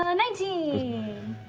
um nineteen!